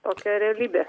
tokia realybė